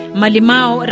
Malimao